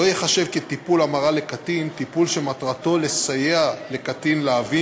לא ייחשב כטיפול המרה לקטין טיפול שמטרתו לסייע לקטין להבין